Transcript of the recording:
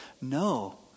No